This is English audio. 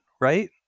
right